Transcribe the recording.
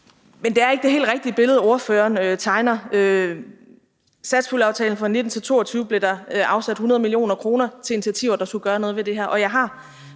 Men det er ikke det helt rigtige billede, ordføreren tegner. Med satspuljeaftalen fra 2019-2022 blev der afsat 100 mio. kr. til initiativer, der skulle gøre noget ved det her,